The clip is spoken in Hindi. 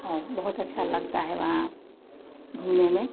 और बहुत अच्छा लगता है वहाँ घूमने में